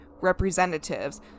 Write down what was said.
representatives